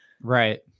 Right